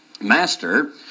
Master